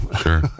Sure